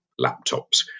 laptops